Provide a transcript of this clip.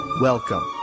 Welcome